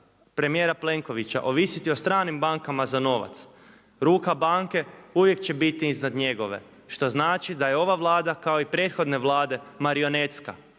premijera Plenkovića ovisiti o stranim bankama za novac ruka banke uvijek će biti iznad njegove. Što znači da je ova Vlada kao i prethodne vlade marionetska,